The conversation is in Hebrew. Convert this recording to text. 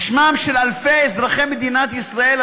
בשמם של אלפי אזרחי מדינת ישראל,